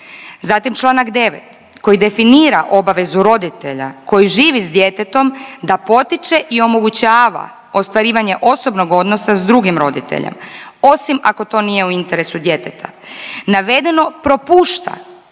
Zatim čl.9. koji definira obavezu roditelja koji živi s djetetom da potiče i omogućava ostvarivanje osobnog odnosa s drugim roditeljem osim ako to nije u interesu djeteta. Navedeno propušta